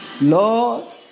Lord